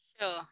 Sure